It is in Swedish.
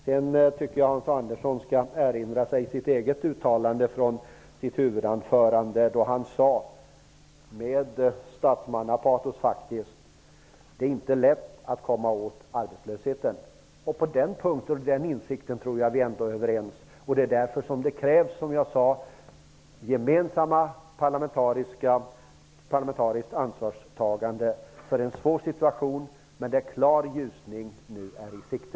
Jag tycker att Hans Andersson skall erinra sig sitt eget uttalande i sitt huvudanförande, då han med statsmannapatos sade att det inte är lätt att komma åt arbetslösheten. Om den insikten torde vi vara överens. Därför krävs det ett gemensamt parlamentariskt ansvarstagande för en svår situation. Men en klar ljusning är i sikte.